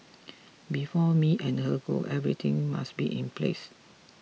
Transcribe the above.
before me and her go everything must be in place